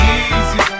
easy